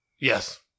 Yes